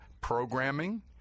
programming